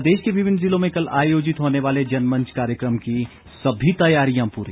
प्रदेश के विभिन्न जिलों में कल आयोजित होने वाले जनमंच कार्यक्रम की सभी तैयारियां पूरी